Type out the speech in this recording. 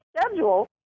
schedule